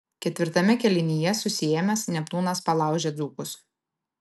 ketvirtame kėlinyje susiėmęs neptūnas palaužė dzūkus